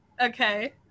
Okay